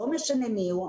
לא משנה מי הוא,